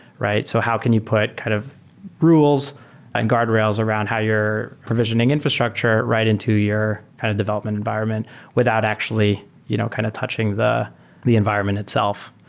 right? so how can you put kind of rules and guardrails around how you're provisioning infrastructure right into your kind of development environment without actually you know kind of touching the the environment itself?